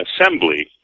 assembly